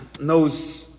knows